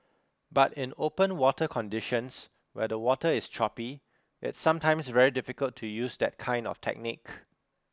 but in open water conditions where the water is choppy it's sometimes very difficult to use that kind of technique